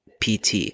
PT